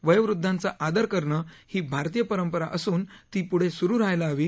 वयोवदधांचा आदर करणं ही भारतीय परंपरा असून ती पुढे सुरु राहायला हवी